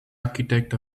architect